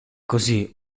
così